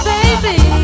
Baby